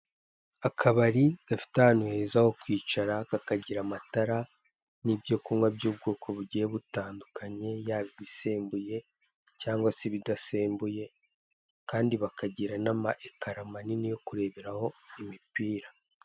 Akabari gafite ahantu heza ho kwicara, kakagira amatara n'ibyo kunywa by'ubwoko bugiye butandukanye yaba ibisembuye cyangwa se ibidasembuye kandi bakagira n'ama ekara manini yo kureberaho imipira.